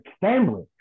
family